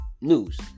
News